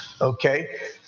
okay